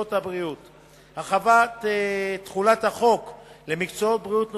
במקצועות הבריאות (תיקון) (הרחבת תחולת החוק למקצועות בריאות נוספים),